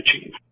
achieve